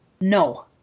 No